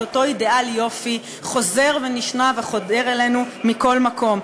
את אותו אידיאל יופי חוזר ונשנה וחודר אלינו מכל מקום.